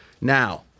Now